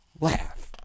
laugh